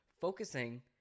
Focusing